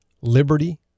liberty